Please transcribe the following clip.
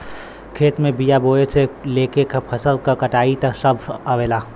खेत में बिया बोये से लेके फसल क कटाई सभ आवेला